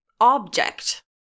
object